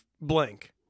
Blank